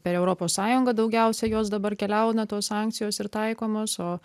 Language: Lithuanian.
per europos sąjungą daugiausia jos dabar keliauna tos sankcijos ir taikomos o